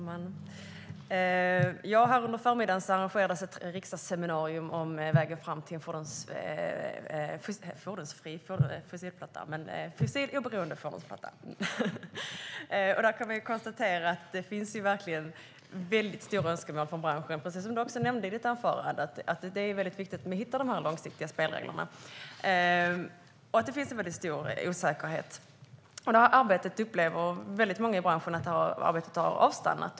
Herr talman! Under förmiddagen arrangerades ett riksdagsseminarium om vägen fram till en fossiloberoende fordonsflotta. Där kunde vi konstatera att det precis som du nämnde i ditt anförande, Maria Strömkvist, verkligen finns väldigt stora önskemål från branschen om att hitta de långsiktiga spelreglerna. Det finns en stor osäkerhet. Detta arbete upplever många i branschen har avstannat.